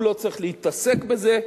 הוא לא צריך להתעסק בזה,